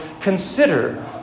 consider